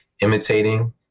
imitating